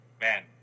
man